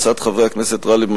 הצעות חברי הכנסת גאלב מג'אדלה,